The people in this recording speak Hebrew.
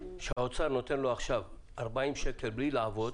שהאוצר נותן לו עכשיו 40 שקלים בלי לעבוד